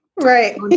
Right